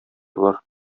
болар